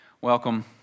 Welcome